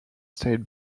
state